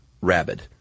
rabid